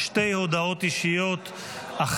באמצעות תחנות שידור ספרתיות (תיקון מס' 7,